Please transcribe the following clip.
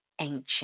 Ancient